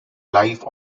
life